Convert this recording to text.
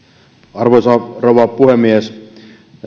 arvoisa rouva puhemies